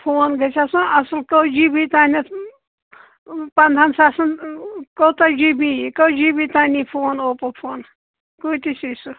phone گژھِ آسُن اصل کٔژ جی بی تامَتھ پندہن ساسن کوتاہ جی بی یِیہِ کٔژ جی بی تام یِیہِ اوپو فون کۭتِس ییہِ سُہ